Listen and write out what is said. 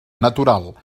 natural